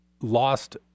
lost